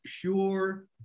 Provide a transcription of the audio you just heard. pure